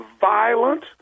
violent